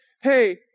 hey